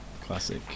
Classic